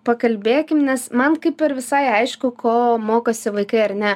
pakalbėkim nes man kaip ir visai aišku ko mokosi vaikai ar ne